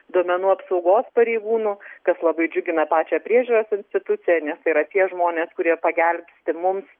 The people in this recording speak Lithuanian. duomenų apsaugos pareigūnų kas labai džiugina pačią priežiūros instituciją nes yra tie žmonės kurie pagelbsti mums